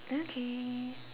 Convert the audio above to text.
okay